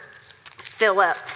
Philip